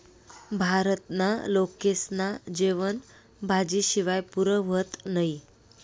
भारतना लोकेस्ना जेवन भाजी शिवाय पुरं व्हतं नही